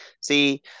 See